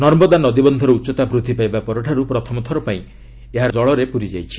ନର୍ମଦା ନଦୀବନ୍ଧର ଉଚ୍ଚତା ବୃଦ୍ଧି ପାଇବା ପରଠାରୁ ପ୍ରଥମ ଥରପାଇଁ ଏହା ଜଳରେ ପୂରିଛି